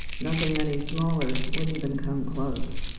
nothing any smaller would even come close.